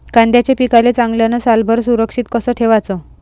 कांद्याच्या पिकाले चांगल्यानं सालभर सुरक्षित कस ठेवाचं?